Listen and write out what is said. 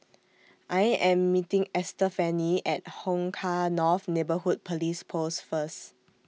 I Am meeting Estefany At Hong Kah North Neighbourhood Police Post First